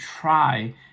try